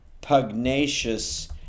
pugnacious